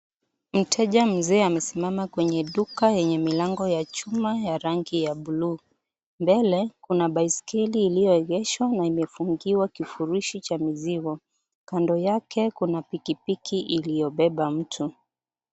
Mteja mzee amesimama kwenye duka yenye milango ya chuma ya rangi ya blue . Mbele, kuna baiskeli iliyoegeshwa na imefungiwa kifurushi cha mzigo, kando yake kuna pikipiki iliyobeba mtu.